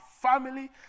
family